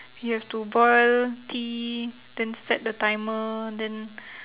you have to boil tea then set the timer then